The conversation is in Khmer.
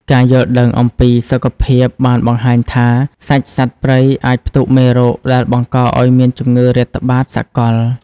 ការយល់ដឹងអំពីសុខភាពបានបង្ហាញថា សាច់សត្វព្រៃអាចផ្ទុកមេរោគដែលបង្កឱ្យមានជំងឺរាតត្បាតសកល។